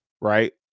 Right